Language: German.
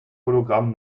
hologramm